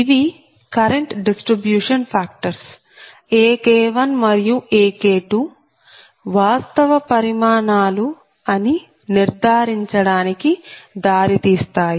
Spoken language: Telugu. ఇవి కరెంట్ డిస్ట్రిబ్యూషన్ ఫ్యాక్టర్స్ AK1 మరియు AK2 వాస్తవ పరిమాణాలు అని నిర్ధారించడానికి దారి తీస్తాయి